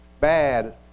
Bad